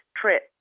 trip